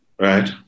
right